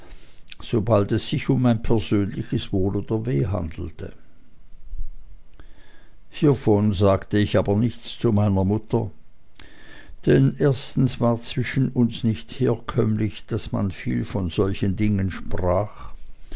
sobald es sich um mein persönliches wohl oder weh handelte hievon sagte ich aber nichts zu meiner mutter denn erstens war zwischen uns nicht herkömmlich daß man viel von solchen dingen sprach